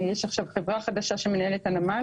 יש עכשיו חברה חדשה שמנהלת את הנמל.